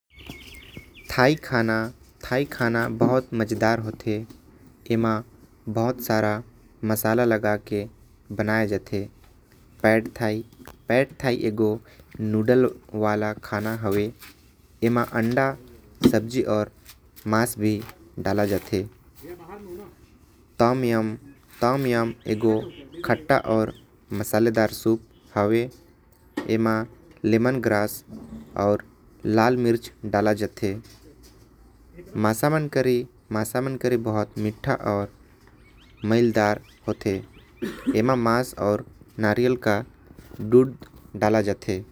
थाई खाना बहुते मज़ेदार होथे। जेकर म बहुते मसाला के इस्तेमाल होथे। पेड थाई ऐसा थाई खाना हवे जेके नूडल्स। अंडा अउ मांस के इस्तेमाल कर के बनाये जाथे। तामयोम एक खट्टेदार अउ मसालेदार सूप होथे। मासामन करी बहुते मज़ेदार अउ मीठा होथे।